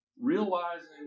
Realizing